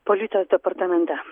policijos departamente